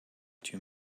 too